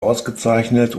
ausgezeichnet